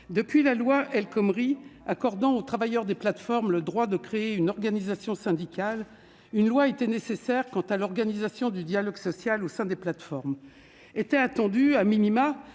depuis la loi El Khomri, qui accordait aux travailleurs des plateformes le droit de créer une organisation syndicale, une loi était nécessaire pour l'organisation du dialogue social en leur sein. Était attendu,, un